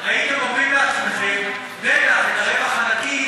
הייתם אומרים לעצמכם: בטח את הרווח הנקי